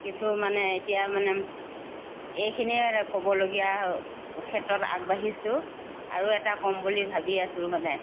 কিছু মানে এতিয়া মানে এইখিনিয়ে মানে ক'বলগীয়া ক্ষেত্ৰত আগবাঢ়িছোঁ আৰু এটা ক'ম বুলি ভাবি আছোঁ মানে